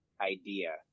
idea